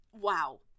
wow